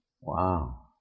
Wow